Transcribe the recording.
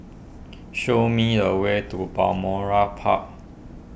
show me the way to Balmoral Park